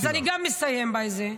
אז אני אסיים בזה.